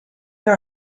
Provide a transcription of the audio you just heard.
are